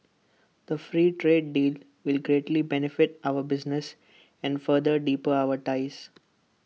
the free trade deal will greatly benefit our businesses and further deepen our ties